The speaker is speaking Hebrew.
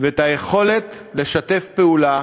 ואת היכולת לשתף פעולה